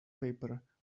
paper